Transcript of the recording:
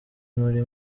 muri